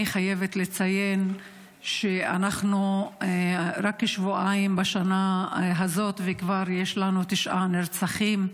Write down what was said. אני חייבת לציין שאנחנו רק שבועיים בשנה הזאת וכבר יש לנו תשעה נרצחים.